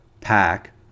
pack